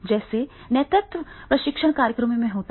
जैसे नेतृत्व प्रशिक्षण कार्यक्रमों में होता है